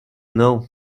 know